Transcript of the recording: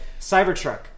Cybertruck